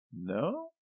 No